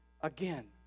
again